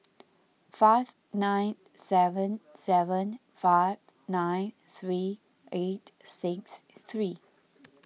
five nine seven seven five nine three eight six three